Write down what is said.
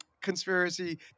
conspiracy